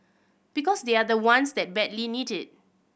because they are the ones that badly need it